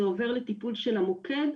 זה עובר לטיפול המוקד,